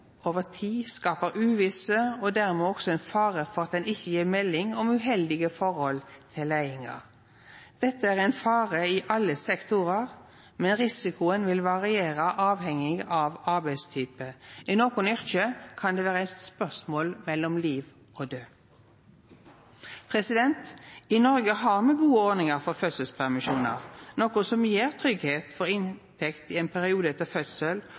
uvisse og dermed også ein fare for at ein ikkje gjev melding om uheldige forhold til leiinga. Dette er ein fare i alle sektorar, men risikoen vil variera, avhengig av arbeidstype. I nokre yrke kan det vera eit spørsmål om liv og død. I Noreg har me gode ordningar for fødselspermisjonar, noko som gjev tryggleik for inntekt i ein periode etter fødsel,